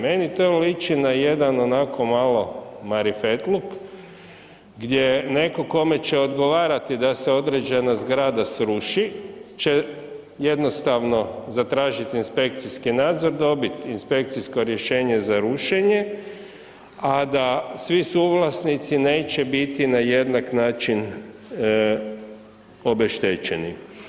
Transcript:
Meni to liči na jedan onako mali marifetluk gdje neko kome će odgovarati da se određena zgrada sruši će jednostavno zatražiti inspekcijski nadzor, dobit inspekcijsko rješenje za rušenje, a da svi suvlasnici neće biti na jednak način obeštećeni.